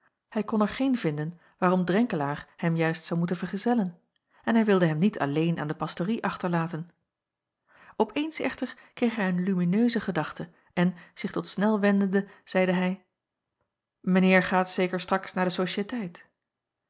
hij kon er geene vinden waarom drenkelaer hem juist zou moeten vergezellen en hij wilde hem niet alleen aan de pastorie achterlaten op eens echter kreeg hij een lumineuse gedachte en zich tot snel wendende zeide hij mijn heer gaat zeker straks naar de sociëteit